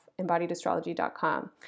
embodiedastrology.com